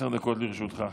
עשר דקות לרשותך,